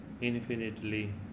infinitely